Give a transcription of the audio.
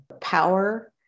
power